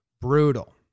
brutal